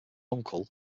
uncle